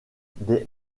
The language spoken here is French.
des